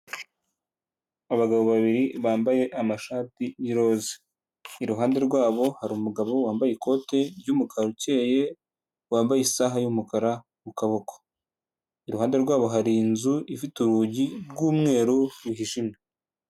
Abagabo babiri bambaye amashati y'iroza, iruhande rwabo hari umugabo wambaye ikoti ry'umukara ucyeye wambaye isaha y'umukara ku kaboko. Iruhande rwabo hari inzu ifite urugi rw'umweru ruhijimye.